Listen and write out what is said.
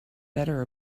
better